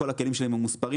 כל הכלים שלי ממוספרים,